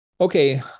Okay